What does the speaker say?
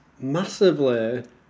Massively